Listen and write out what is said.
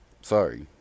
sorry